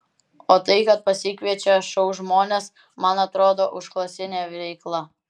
o tai kad pasikviečia šou žmones man atrodo užklasinė veikla